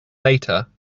later